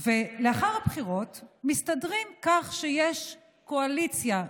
לאחר הבחירות מסתדרים כך שיש קואליציה,